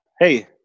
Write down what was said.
Hey